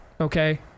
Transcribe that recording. Okay